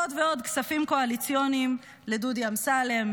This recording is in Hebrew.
עוד ועוד כספים קואליציוניים לדודי אמסלם,